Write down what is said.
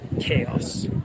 chaos